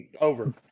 Over